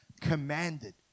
commanded